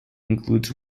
includes